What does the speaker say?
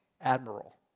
Admiral